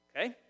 Okay